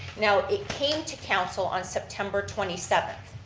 now it came to council on september twenty seventh,